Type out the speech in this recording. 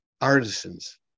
artisans